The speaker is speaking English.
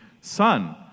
son